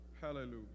Hallelujah